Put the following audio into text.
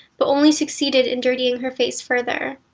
but only succeeded in dirtying her face further.